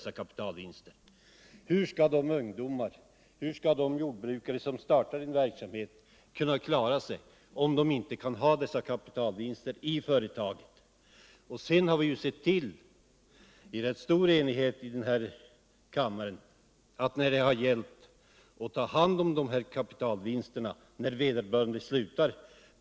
Hur skall de jordbrukare som startar en verksamhet kunna klara sig om de inte kan behålla kapitalvinster i företaget”? Sedan har vi, med stor enighet i den här kammaren, sett till att genom vårt skattesystem ta hand om kapitalvinsterna när vederbörande slutar.